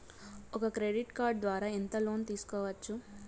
ఒక credit card ద్వారా ఎంత లోను తీసుకోవచ్చు?